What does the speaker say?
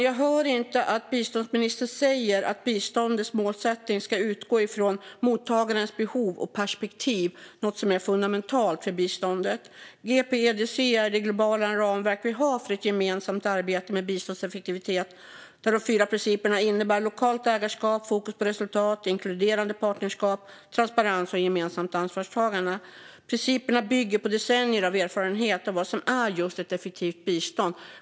Jag hör inte att biståndsministern säger att biståndets mål faktiskt ska utgå från mottagarens behov och perspektiv, något som är fundamentalt för biståndet. GPEDC är det globala ramverk vi har för ett gemensamt arbete med biståndseffektivitet, där de fyra principerna innebär lokalt ägarskap, fokus på resultat, inkluderande partnerskap, transparens och gemensamt ansvarstagande. Principerna bygger på decennier av erfarenhet av vad som är just ett effektivt bistånd.